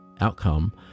outcome